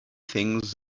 things